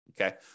okay